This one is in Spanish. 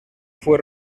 fue